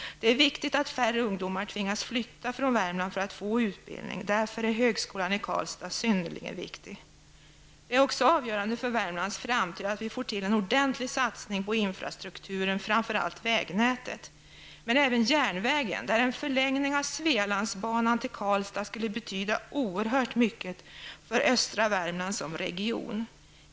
Det är viktigt att färre ungdomar tvingas flytta från Värmland för att få utbildning, därför är högskolan i Karlstad synnerligen viktig. Det är också avgörande för Värmlands framtid att vi får till en ordentlig satsning på infrastrukturen, framför allt vägnätet. Men även järnvägen, där en förlängning av Svealandsbanan till Karlstad skulle betyda oerhört mycket för östra Värmland som region.